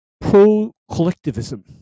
pro-collectivism